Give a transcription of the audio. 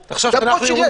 תפתחו.